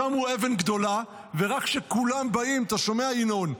שמו אבן גדולה, ורק כשכולם באים, אתה שומע, ינון?